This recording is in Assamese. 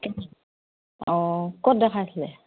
অঁ ক'ত দেখাইছিলে